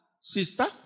sister